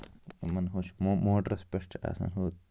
یِمَن ہُند چھُ موٹرَس پٮ۪ٹھ چھُ آسان ہُہ